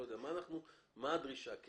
מה הדרישה?